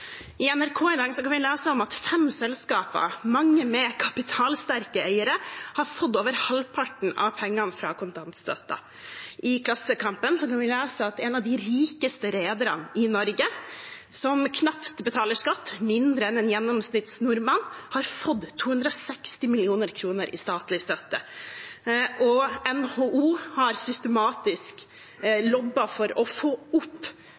I NRK i dag kan vi lese at fem selskaper, mange med kapitalsterke eiere, har fått over halvparten av pengene fra kontantstøtten. I Klassekampen kunne vi lese at en av de rikeste rederne i Norge, som knapt betaler skatt, mindre enn en gjennomsnitts nordmann, har fått 260 mill. kr i statlig støtte. Og NHO har systematisk jobbet for å få opp